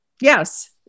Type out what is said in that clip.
Yes